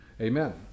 amen